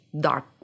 dark